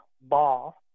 Ball